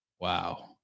Wow